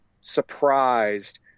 surprised